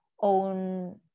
own